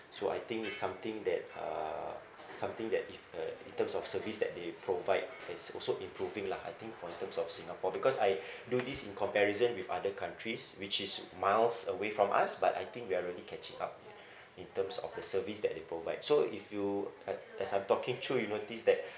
so I think it's something that uh something that if uh in terms of services that they provide is also improving lah I think for in terms of singapore because I do this in comparison with other countries which is miles away from us but I think we are really catching up in terms of the services that they provide so if you at as I'm talking sure you notice that